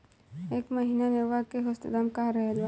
एह महीना नेनुआ के औसत दाम का रहल बा?